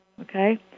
okay